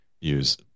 use